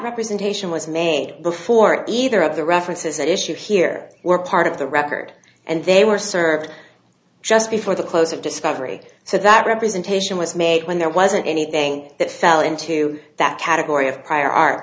representation was made before either of the references issued here were part of the record and they were served just before the close of discovery so that representation was made when there wasn't anything that fell into that category of prior art